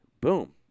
boom